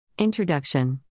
Introduction